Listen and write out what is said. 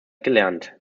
gelernt